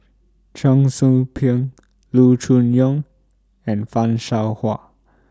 Cheong Soo Pieng Loo Choon Yong and fan Shao Hua